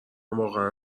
واقعا